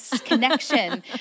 Connection